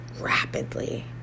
rapidly